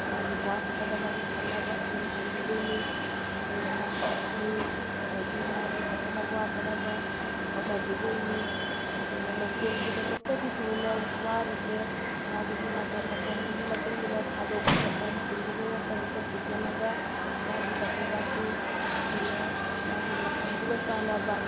ꯃꯥꯒꯤ ꯋꯥꯠꯇꯅꯕ ꯃꯕꯨꯛ ꯊꯟꯅꯕ ꯑꯗꯨꯝ ꯊꯝꯕꯤꯗꯣꯏꯅꯤ ꯑꯗꯨꯒ ꯃꯥꯒꯤ ꯏꯁꯤꯡ ꯑꯗꯒꯤ ꯃꯥꯒꯤ ꯐꯖꯅ ꯋꯥꯠꯇꯅꯕ ꯍꯣꯠꯅꯕꯤꯗꯣꯏꯅꯤ ꯑꯗꯨꯒ ꯂꯣꯀꯦꯜꯒꯤꯗꯃꯛꯇꯗꯤ ꯊꯣꯏꯅ ꯋꯥꯔꯨꯗ꯭ꯔꯦ ꯃꯥꯒꯤꯗꯤ ꯃꯇꯝ ꯃꯇꯝꯗꯨꯒꯤ ꯃꯇꯨꯡ ꯏꯟꯅ ꯊꯥꯗꯣꯛꯄ ꯃꯇꯝ ꯄꯨꯟꯁꯤꯟꯕ ꯃꯇꯝꯗꯨꯗ ꯄꯨꯟꯁꯤꯜꯂꯒ ꯃꯥꯒꯤ ꯃꯆꯤꯟꯖꯥꯛꯇꯨ ꯑꯩꯈꯣꯏꯅ ꯃꯥꯒꯤ ꯃꯇꯝꯗꯨꯒ ꯆꯥꯟꯅꯕ